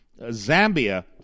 Zambia